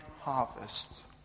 harvest